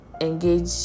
engage